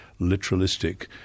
literalistic